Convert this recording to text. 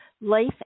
life